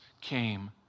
came